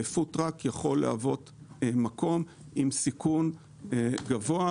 פוד-טראק יכול להוות מקום עם סיכון גבוה,